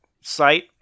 site